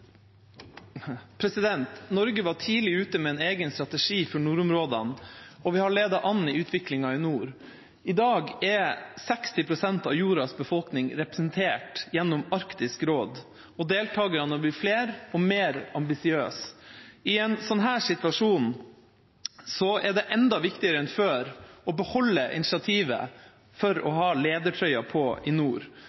egen strategi for nordområdene, og vi har ledet an i utviklinga i nord. I dag er 60 pst. av jordas befolkning representert gjennom Arktisk råd, og deltakerne har blitt flere og mer ambisiøse. I en slik situasjon er det enda viktigere enn før å beholde initiativet for å ha ledertrøya på i nord.